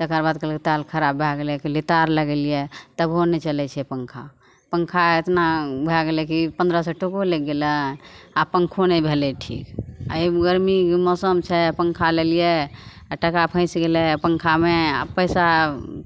तकर बाद कहलकै तार खराब भै गेलै गेलिए तार लगेलिए तभिओ नहि चलै छै पन्खा पन्खा एतना भै गेलै कि पनरह सओ टको लागि गेलै आओर पन्खो नहि भेलै ठीक आओर ई गरमीके मौसम छै आओर पन्खा लेलिए आओर टका फसि गेलै पन्खामे आओर पइसा